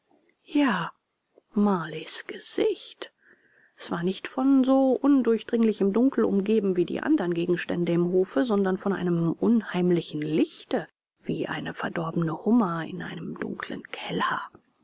ja marleys gesicht es war nicht von so undurchdringlichem dunkel umgeben wie die andern gegenstände im hofe sondern von einem unheimlichen lichte wie eine verdorbene hummer in einem dunklen keller